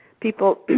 people